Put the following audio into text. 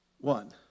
One